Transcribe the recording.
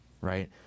right